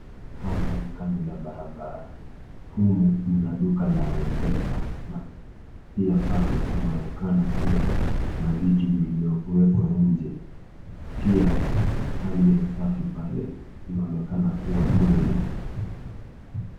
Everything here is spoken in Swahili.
Hapa ni kando ya barabara. Humu mna duka la Mpesa na pia pale kunaonekana kuwa na viti viliyowekwa nje. Pia hali ya usafi pale inaonekana kuwa duni.